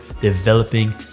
developing